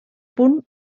punt